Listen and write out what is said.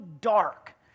dark